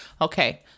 okay